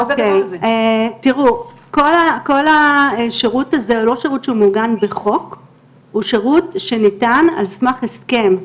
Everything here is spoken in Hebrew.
תראו, כל השירות הזה שירות שניתן על סמך הסכם,